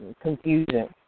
confusion